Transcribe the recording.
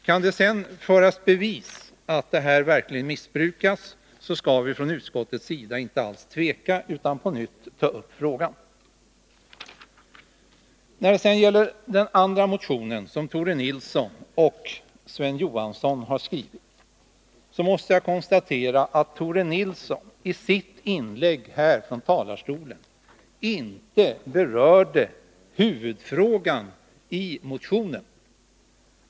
Kan det sedan leda i bevis att det verkligen förekommer ett sådant missbruk, skall vi från utskottets sida inte alls tveka utan på nytt ta upp frågan. När det gäller den andra motionen, som Tore Nilsson och Sven Johansson har skrivit, måste jag konstatera att Tore Nilsson i sitt inlägg här från talarstolen inte berörde huvudfrågan i motionen.